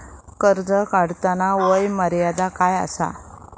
कर्ज काढताना वय मर्यादा काय आसा?